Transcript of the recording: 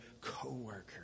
coworker